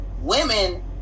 women